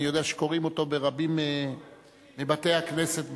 אני יודע שקוראים אותו ברבים מבתי-הכנסת בארץ.